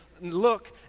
look